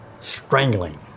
strangling